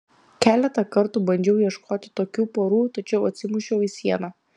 keletą kartų bandžiau ieškoti tokių porų tačiau atsimušiau į sieną